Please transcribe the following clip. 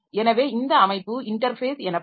எனவே இந்த அமைப்பு இன்டர்ஃபேஸ் எனப்படும்